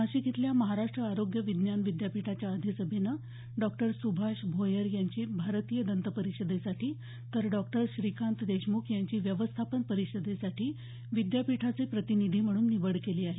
नाशिक इथल्या महाराष्ट्र आरोग्य विज्ञान विद्यापीठाच्या अधिसभेनं डॉक्टर सुभाष भोयर यांची भारतीय दंत परिषदेसाठी तर डॉक्टर श्रीकांत देशमुख यांची व्यवस्थापन परिषदेसाठी विद्यापीठाचे प्रतिनिधी म्हणून निवड केली आहे